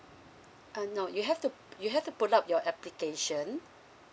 uh no you have to you have to pull out your application